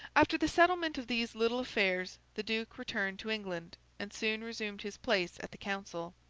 after the settlement of these little affairs, the duke returned to england, and soon resumed his place at the council,